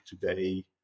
today